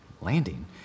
landing